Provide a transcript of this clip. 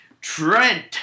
Trent